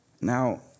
Now